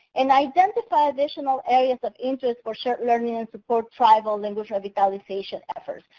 and identify additional areas of interest for short learning and support tribal language revitalization efforts.